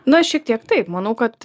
na šiek tiek taip manau kad